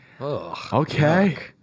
okay